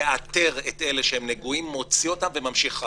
מאתר את אלה שנגועים, מוציא אותם וממשיך הלאה.